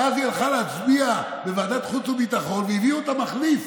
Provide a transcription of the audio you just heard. ואז היא הלכה להצביע בוועדת החוץ והביטחון והביאו את המחליף